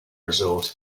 resort